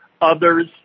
Others